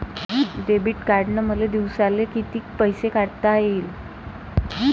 Debit कार्डनं मले दिवसाले कितीक पैसे काढता येईन?